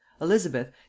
Elizabeth